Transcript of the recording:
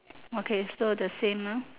okay so the same lor